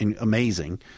amazing